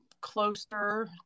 closer